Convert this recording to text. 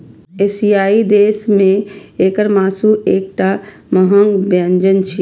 एशियाई देश मे एकर मासु एकटा महग व्यंजन छियै